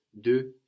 de